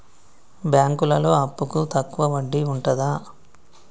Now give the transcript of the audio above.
బ్యాంకులలో అప్పుకు తక్కువ వడ్డీ ఉంటదా?